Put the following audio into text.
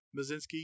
Mazinski